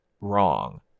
wrong